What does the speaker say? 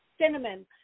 cinnamon